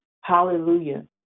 hallelujah